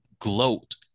gloat